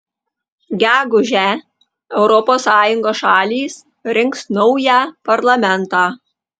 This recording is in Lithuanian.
gegužę europos sąjungos šalys rinks naują parlamentą